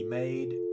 made